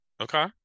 Okay